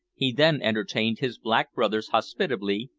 he then entertained his black brothers hospitably,